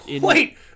Wait